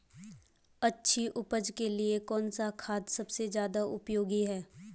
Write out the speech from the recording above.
अच्छी उपज के लिए कौन सा खाद सबसे ज़्यादा उपयोगी है?